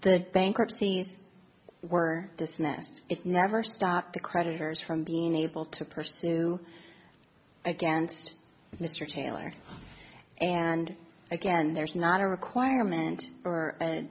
the bankruptcies were dismissed it never stopped the creditors from being able to pursue against mr taylor and again there's not a requirement or